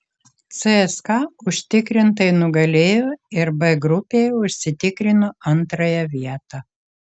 cska užtikrintai nugalėjo ir b grupėje užsitikrino antrąją vietą